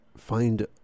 find